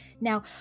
Now